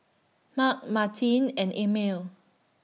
Mark Martine and Emil